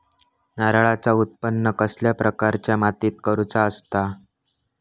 नारळाचा उत्त्पन कसल्या प्रकारच्या मातीत करूचा असता?